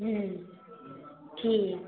हूँ ठीक